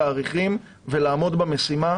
תאריכים ולעמוד במשימה.